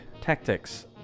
Tactics